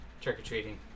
Trick-or-treating